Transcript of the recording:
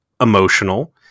emotional